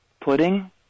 Pudding